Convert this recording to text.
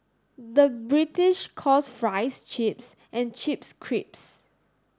the British calls fries chips and chips crisps